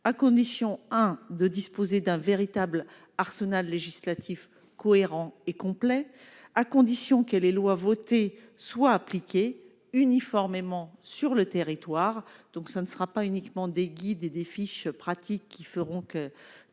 à condition un, de disposer d'un véritable arsenal législatif cohérent et complet à condition que les lois votées soient appliquées uniformément sur le territoire, donc ça ne sera pas uniquement des guides et des fiches pratiques qui feront que